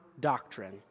doctrine